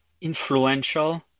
influential